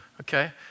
Okay